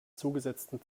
zugesetzten